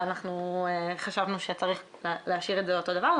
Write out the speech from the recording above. אנחנו חשבנו שצריך להשאיר את זה אותו דבר,